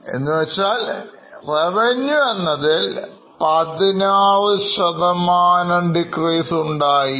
അതിൻറെ അർത്ഥം Revenue എന്നതിൽ16 decrease ഉണ്ടായി